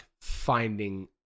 finding